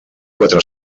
quatre